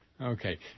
Okay